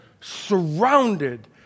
surrounded